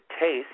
taste